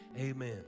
Amen